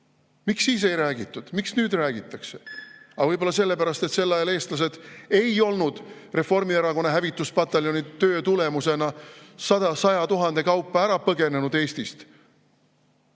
Miks siis ei räägitud, miks nüüd räägitakse? Aga võib-olla sellepärast, et sel ajal eestlased ei olnud Reformierakonna hävituspataljoni töö tulemusena saja tuhande kaupa ära põgenenud Eestist,